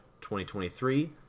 2023